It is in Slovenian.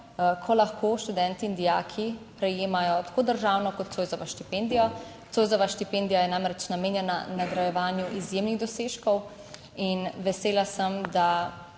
ko lahko študentje in dijaki prejemajo tako državno kot Zoisovo štipendijo. Zoisova štipendija je namreč namenjena nagrajevanju izjemnih dosežkov in vesela sem, da